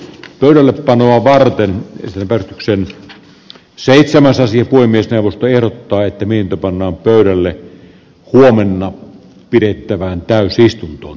todella menee varten esiopetuksen seitsemän sasi voimistelusta ehdottaa että minut pannaan pöydälle laimenna pidettävään täysistuntoon